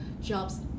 Jobs